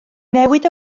newid